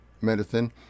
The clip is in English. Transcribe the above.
medicine